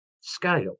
scale